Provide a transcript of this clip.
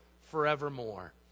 forevermore